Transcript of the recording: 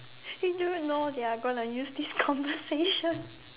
do you know they are gonna use this conversation